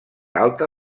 alta